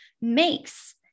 makes